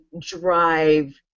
drive